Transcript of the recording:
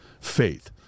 faith